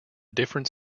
different